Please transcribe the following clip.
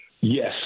Yes